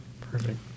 perfect